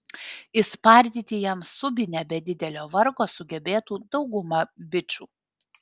išspardyti jam subinę be didelio vargo sugebėtų dauguma bičų